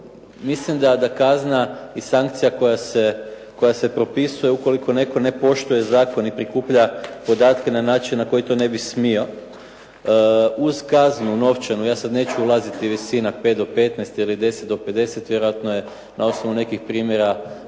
mislim da kazna i sankcija koja se propisuje ukoliko netko ne poštuje zakon i prikuplja podatke na način na koji to ne bi smio uz kaznu novčanu, ja sad neću ulaziti visina 5 do 15 ili 10 do 50 vjerojatno je na osnovu nekih primjera